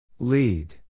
Lead